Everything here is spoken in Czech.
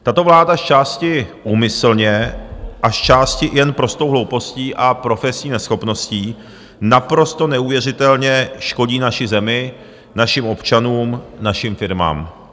Tato vláda zčásti úmyslně a zčásti jen prostou hloupostí a profesní neschopností naprosto neuvěřitelně škodí naší zemi, našim občanům, našim firmám.